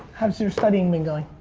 how's your studying been going?